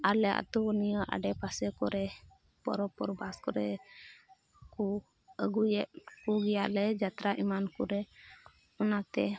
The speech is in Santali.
ᱟᱞᱮ ᱟᱛᱳ ᱱᱤᱭᱟᱹ ᱟᱰᱮ ᱯᱟᱥᱮ ᱠᱚᱨᱮ ᱯᱚᱨᱚᱵᱽ ᱯᱚᱨᱵᱟᱥ ᱠᱚᱨᱮᱜ ᱠᱚ ᱟᱹᱜᱩᱭᱮᱫ ᱠᱚᱜᱮᱭᱟᱞᱮ ᱡᱟᱛᱨᱟ ᱮᱢᱟᱱ ᱠᱚᱨᱮ ᱚᱱᱟᱛᱮ